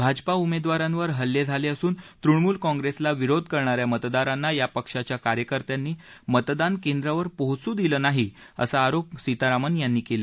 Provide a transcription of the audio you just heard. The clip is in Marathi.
भाजपा उमेदवारांवर हल्ले झाले असून तृणमूल काँग्रेसला विरोध करणा या मतदारांना या पक्षाच्या कार्यकर्त्यांनी मतदान केंद्रांवर पोहचू दिलं नाही असा आरोप सीतारामन यांनी केला